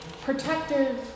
protective